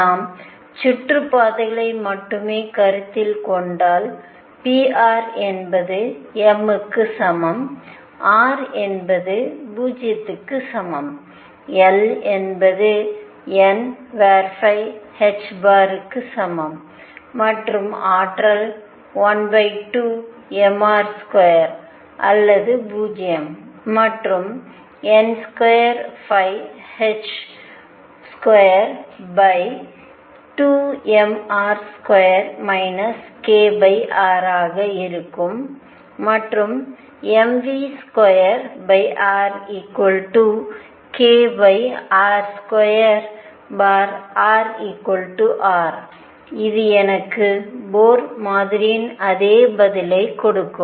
நாம் சுற்றுப்பாதைகளை மட்டுமே கருத்தில் கொண்டால் pr என்பது mக்கு சமம் r என்பது 0 க்கு சமம் L என்பது n சமம் மற்றும் ஆற்றல் 12mr2 அது 0 மற்றும்n 222mR2 kr ஆக இருக்கும் மற்றும் mv2rkr2 |rR இது எனக்கு போர் மாதிரியின் அதே பதிலைக் கொடுக்கும்